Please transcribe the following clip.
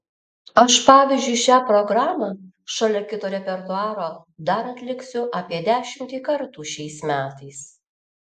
aš pavyzdžiui šią programą šalia kito repertuaro dar atliksiu apie dešimtį kartų šiais metais